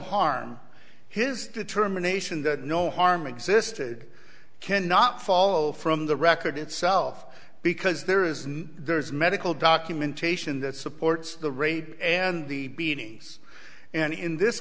harm his determination that no harm existed can not fall from the record itself because there is no there is medical documentation that supports the rape and the beatings and in this